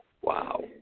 Wow